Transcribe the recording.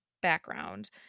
background